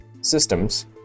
systems